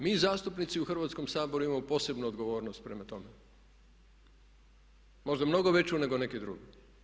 Mi zastupnici u Hrvatskom saboru imamo posebnu odgovornost prema tome, možda mnogo veću nego neki drugi.